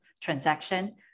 transaction